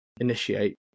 initiate